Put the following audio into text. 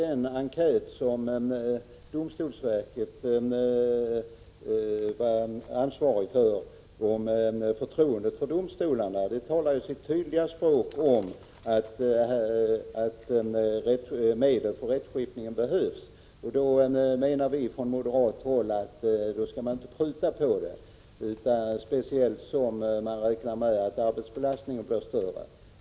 Domstolsverkets enkät om förtroendet för domstolarna talar sitt tydliga språk om att medel för rättsskipningen behövs. Vi menar från moderat håll att man inte skall pruta, speciellt som man räknar med att arbetsbelastningen blir större.